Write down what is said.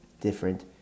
different